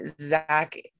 Zach